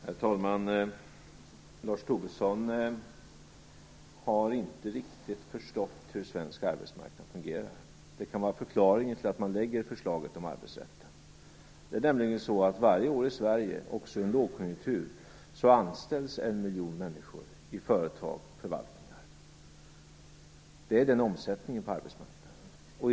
Herr talman! Lars Tobisson har inte riktigt förstått hur svensk arbetsmarknad fungerar. Det kan vara förklaringen till att man lägger fram förslaget om arbetsrätten. Varje år i Sverige - också i en lågkonjunktur - anställs en miljon människor i företag och förvaltningar. Sådan är omsättningen på arbetsmarknaden.